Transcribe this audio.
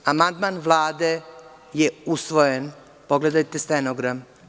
Amandman Vlade je usvojen, pogledajte stenogram.